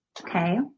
Okay